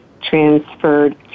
transferred